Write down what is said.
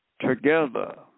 together